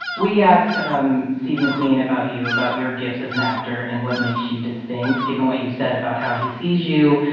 we asked um steve mcqueen about you, about your gifts as an actor and what makes you distinct. given what you've said about how he sees you,